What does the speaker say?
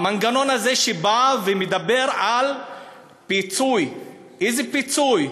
המנגנון הזה שבא ומדבר על פיצוי, איזה פיצוי?